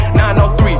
903